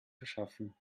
verschaffen